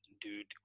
dude